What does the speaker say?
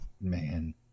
Man